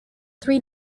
three